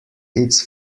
its